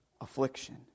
affliction